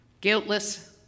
Guiltless